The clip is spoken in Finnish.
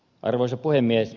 arvoisa puhemies